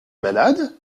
malade